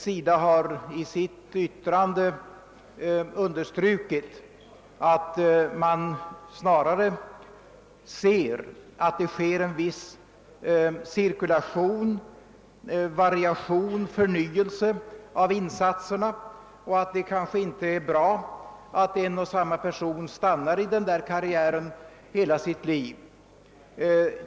SIDA har i sitt yttrande understrukit, att man hellre skulle se att det blev en viss cirkulation, d.v.s. variation och förnyelse av insatserna, samt att det kanske inte är lämpligt att en och samma person stannar i denna karriär under hela sitt liv.